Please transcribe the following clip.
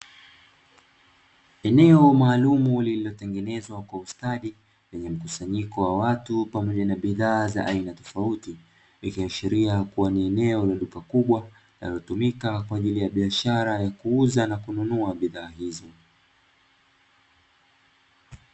Eneo maalumu lililotengenezwa kwa ustadi lenye mkusanyiko wa watu pamoja na bidhaa za aina tofauti, ikiashiria kuwa ni eneo la duka kubwa linalotumika kwa ajili ya biashara ya kuuza na kununua bidhaa hizo.